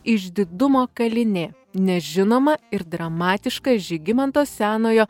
išdidumo kalinė nežinoma ir dramatiška žygimanto senojo